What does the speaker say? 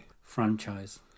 franchise